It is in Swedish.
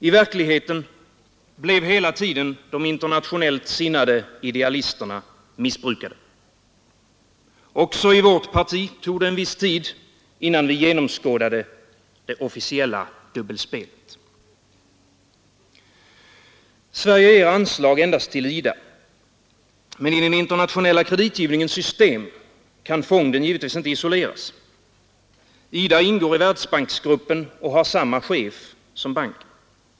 I verkligheten blev hela tiden de internationellt sinnade idealisterna missbrukade. Också i vårt parti tog det en viss tid innan vi genomskådade det officiella dubbelspelet. Sverige ger anslag endast till IDA. Men i den internationella kreditgivningens system kan fonden givetvis inte isoleras. IDA ingår i Världsbanksgruppen och har samma chef som banken.